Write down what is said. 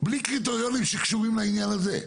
בלי קריטריונים שקשורים לעניין הזה.